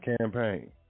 Campaign